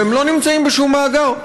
והם לא נמצאים בשום מאגר,